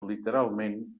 literalment